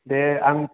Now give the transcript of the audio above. दे आं